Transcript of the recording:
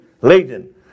laden